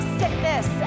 sickness